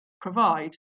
provide